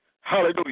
Hallelujah